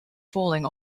falling